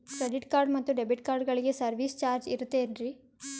Credit card ಮತ್ತು debit ಕಾರ್ಡಗಳಿಗೆ service charge ಇರುತೇನ್ರಿ?